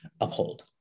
uphold